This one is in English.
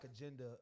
agenda